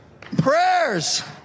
Prayers